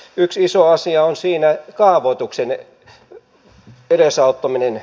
yksi iso asia on siinä kaavoituksen edesauttaminen